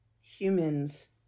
humans